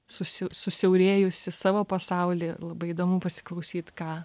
susiu susiaurėjusi savo pasaulyje labai įdomu pasiklausyt ką